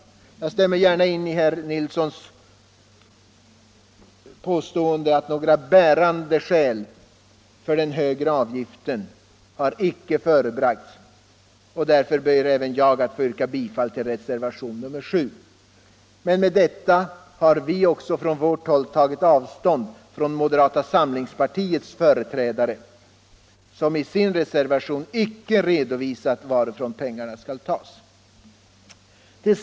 Jag instämmer gärna i herr Nilssons i Tvärålund uttalande att några bärande skäl för den högre avgiften icke har förebragts, och därför ber jag att få yrka bifall till reservationen 7. Med detta tar vi också avstånd från förslaget från moderata samlingspartiets företrädare som i sin reservation icke redovisat varifrån pengarna skall tas.